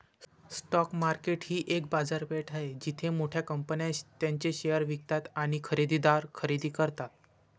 stock market ही एक बाजारपेठ आहे जिथे मोठ्या कंपन्या त्यांचे शेअर्स विकतात आणि खरेदीदार खरेदी करतात